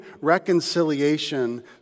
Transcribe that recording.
reconciliation